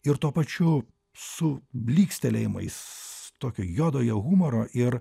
ir tuo pačiu su blykstelėjimais tokio juodojo humoro ir